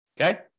Okay